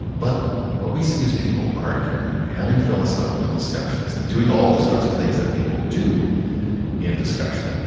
but what we see is people arguing. having philosophical discussions and doing all the sorts of things that people do in discussion.